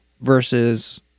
versus